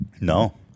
no